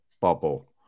bubble